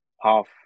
half